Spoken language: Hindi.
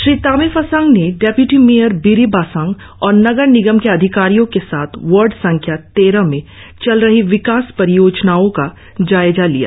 श्री तामे फासांग ने डिप्यूटी मेयर बिरी बासांग और नगर निगम के अधिकारियों के साथ वार्ड संख्या तेरह में चल रही विकास परियाजनाओ का जायजा लिया